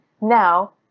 now